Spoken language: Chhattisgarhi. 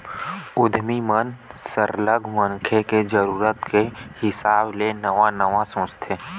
उद्यमी मन सरलग मनखे के जरूरत के हिसाब ले नवा नवा सोचथे